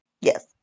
yes